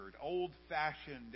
old-fashioned